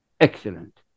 excellent